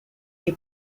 les